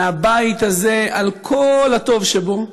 מהבית הזה על כל הטוב שבו,